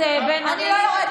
מי את